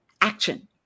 action